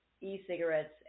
e-cigarettes